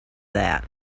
that